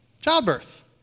Childbirth